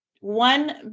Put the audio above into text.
one